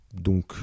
donc